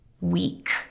weak